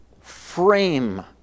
frame